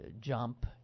jump